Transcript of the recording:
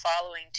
following